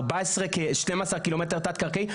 12 ק"מ תת-קרקעי,